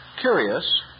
curious